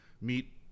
meet